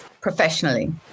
professionally